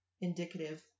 indicative